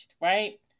right